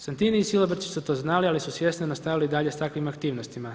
Santini i Silobrčić su to znali, ali su svjesno nastavili dalje s takvim aktivnostima.